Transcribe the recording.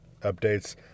updates